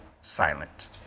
silent